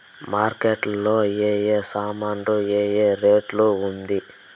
Market లో ఏ ఏ సామాన్లు ఏ ఏ రేటు ఉంది?